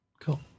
Cool